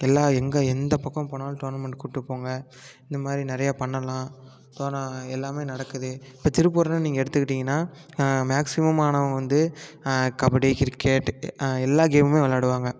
எல்லா எங்கே எந்த பக்கம் போனாலும் டோர்னமெண்ட் கூப்பிட்டு போங்க இந்த மாதிரி நிறைய பண்ணலாம் தோன எல்லாமே நடக்குது இப்போ திருப்பூர்னால் நீங்கள் எடுத்துக்கிட்டீங்கன்னால் மேக்ஸிமம் ஆனவங்க வந்து கபடி கிரிக்கெட் எல்லா கேமுமே விளாடுவாங்க